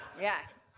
Yes